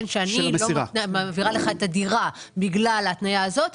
שאני לא מעבירה לך את הדירה בגלל ההתניה הזאת,